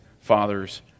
father's